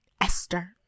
esther